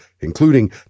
including